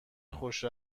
خوش